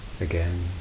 Again